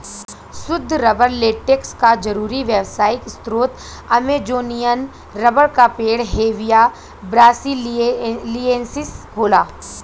सुद्ध rubber latex क जरुरी व्यावसायिक स्रोत अमेजोनियन रबर क पेड़ हेविया ब्रासिलिएन्सिस होला